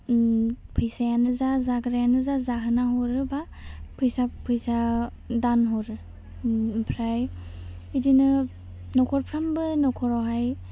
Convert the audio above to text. फैसायानो जा जाग्रायानो जा जाहोना हरो बा फैसा फैसा दान हरो ओम आमफ्राय बिदिनो नख'रफ्रामबो नखरावहाय